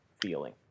feeling